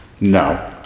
No